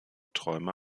träume